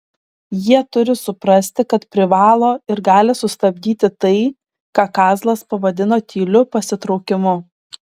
jie turi suprasti kad privalo ir gali sustabdyti tai ką kazlas pavadino tyliu pasitraukimu